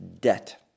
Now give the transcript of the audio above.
debt